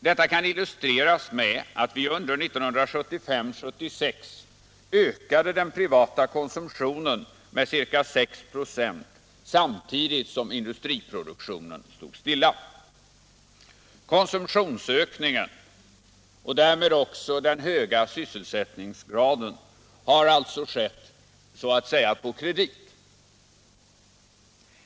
Detta kan illustreras med att vi under 1975 och 1976 ökade den privata konsumtionen med ca 6 AH samtidigt som industriproduktionen stod stilla. Konsumtionsökningen har alltså skett och den höga sysselsättningsgraden har upprätthållits så att säga på kredit.